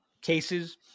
cases